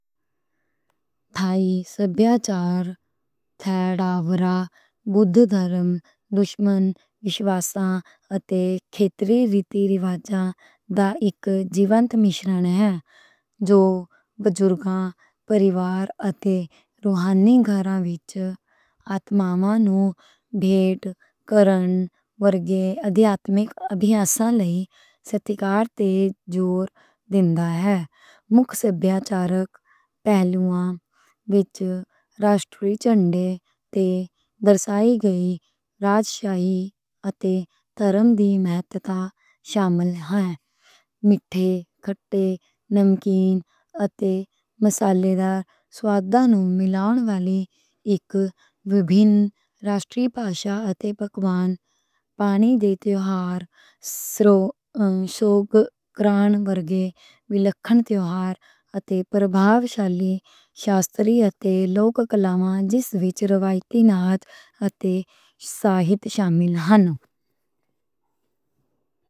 سبھیتا تھیراواڑا بدھ دھرم وِشواساں اتے ٹیلیویژن کمرشلوں دا اک جیونت مِشرن ہے جو بزرگاں، پریوار اتے روحانی گھراں وِچ آتماواں نوں ادھیاتمک ابھیاساں لئی ستیکار تے زور دِندا ہے۔ تھائی ہے مُکھ سبھیاچارک پہلوواں وِچ دھرَم دی مہتتا شامل ہے۔ مِٹھے، کھٹے، نمکین اتے مسالیدار سُواداں نوں ملاؤن والی بھاشا اتے پکوان، پانی تے تہوار، سوگ کرنا ورگے تے پربھاوشالی شاستری اتے لوک کلاماں جس وِچ رواِیتی ساہت شامل ہونا۔